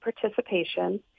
participation